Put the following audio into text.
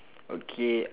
okay